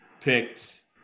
picked